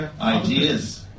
ideas